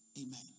Amen